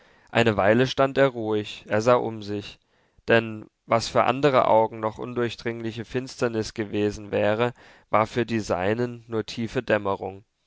eine weile stand er ruhig er sah um sich denn was für andre augen noch undurchdringliche finsternis gewesen wäre war für die seinen nur tiefe dämmerung